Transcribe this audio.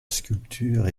sculpture